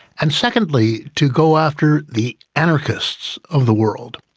and secondly to go after the anarchists of the world.